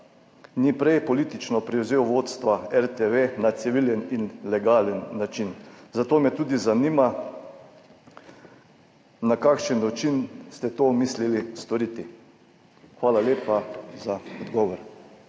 ni prej politično prevzel vodstva RTV na civilen in legalen način. Zato me zanima tudi: Na kakšen način ste to mislili storiti? Hvala lepa za odgovor.